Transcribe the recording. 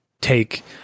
take